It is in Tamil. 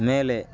மேலே